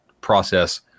process